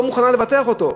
לא מוכנה לבטח אותו,